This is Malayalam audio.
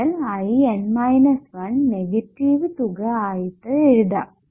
IN 1 നെഗറ്റീവ് തുക ആയിട്ട് എഴുതാം